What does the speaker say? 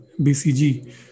BCG